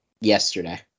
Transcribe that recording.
Yesterday